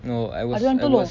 no I was I was